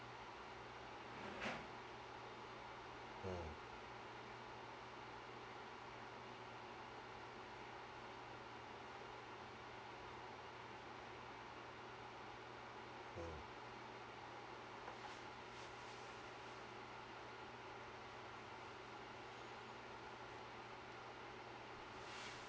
mm mm